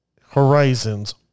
Horizons